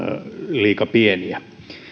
liika pieniä